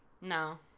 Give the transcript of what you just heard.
no